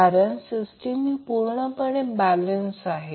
कारण सिस्टीम ही पूर्णपणे बॅलेन्स आहे